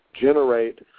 generate –